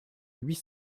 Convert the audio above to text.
huit